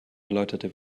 erläuterte